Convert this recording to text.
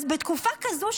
אז בתקופה כזו,